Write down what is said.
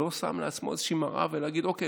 לא שם לעצמו איזושהי מראה ואומר: אוקיי,